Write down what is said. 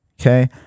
okay